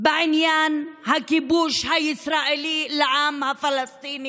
בעניין הכיבוש הישראלי של העם הפלסטיני